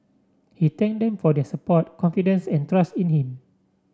he thanked them for their support confidence and trust in him